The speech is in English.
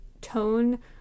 tone